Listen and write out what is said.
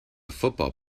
football